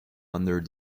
under